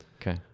Okay